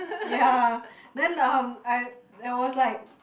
ya then um I there was like